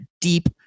deep